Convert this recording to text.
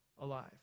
alive